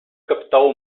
capital